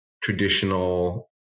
traditional